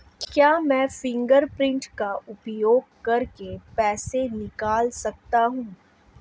क्या मैं फ़िंगरप्रिंट का उपयोग करके पैसे निकाल सकता हूँ?